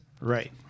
Right